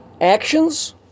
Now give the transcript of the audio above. actions